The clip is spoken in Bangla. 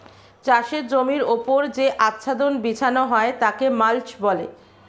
চাষের জমির ওপর যে আচ্ছাদন বিছানো হয় তাকে মাল্চ বলে